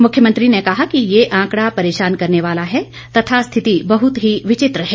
मुख्यमंत्री ने कहा कि यह आंकड़ा परेशान करने वाला है तथा स्थिति बहृत ही विचित्र है